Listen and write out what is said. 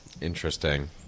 Interesting